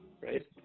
right